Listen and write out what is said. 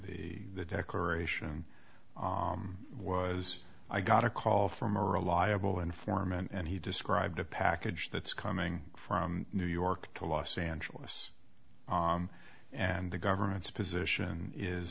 the declaration was i got a call from a reliable informant and he described a package that's coming from new york to los angeles and the government's position is